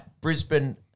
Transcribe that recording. Brisbane